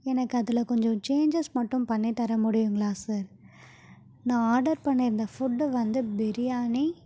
எனக்கு அதில் கொஞ்சம் சேஞ்சஸ் மட்டும் பண்ணித் தர முடியுங்களா சார் நான் ஆர்டர் பண்ணியிருந்த ஃபுட்டு வந்து பிரியாணி